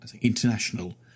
international